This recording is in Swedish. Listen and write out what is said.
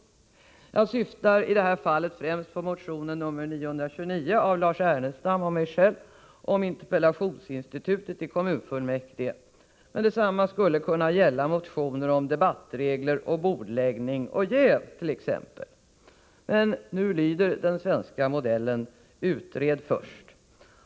Jag syftar i detta fall främst på motion 929 av Lars Ernestam och mig själv om interpellationsinstitutet i kommunfullmäktige. Detsamma skulle kunna gälla motioner om debattregler och bordläggning och jäv. Nu lyder den svenska modellen: Utred först!